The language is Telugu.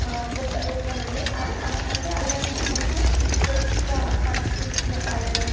బొక్కలు బొక్కలు ఉండి అంటే అందులో నుంచి మంచిగా ఫ్రెష్గా పచ్చిపులుసు ఇట్లా పడడం